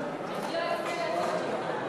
חוק המכר (דירות) (תיקון מס' 7),